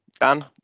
dan